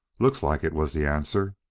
looks like it, was the answer.